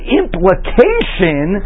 implication